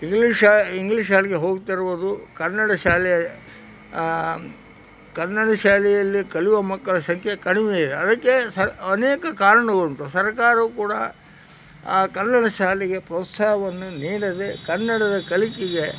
English ಶಾ English ಶಾಲೆಗೆ ಹೋಗ್ತಿರುವುದು ಕನ್ನಡ ಶಾಲೆ ಕನ್ನಡ ಶಾಲೆಯಲ್ಲಿ ಕಲಿಯುವ ಮಕ್ಕಳ ಸಂಖ್ಯೆ ಕಡಿಮೆಯಿದೆ ಅದಕ್ಕೆ ಸ ಅನೇಕ ಕಾರಣಗಳುಂಟು ಸರಕಾರವು ಕೂಡ ಆ ಕನ್ನಡ ಶಾಲೆಗೆ ಪ್ರೋತ್ಸಾಹವನ್ನು ನೀಡದೇ ಕನ್ನಡದ ಕಲಿಕೆಗೆ